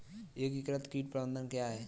एकीकृत कीट प्रबंधन क्या है?